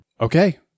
Okay